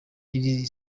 iri